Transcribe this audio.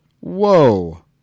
Whoa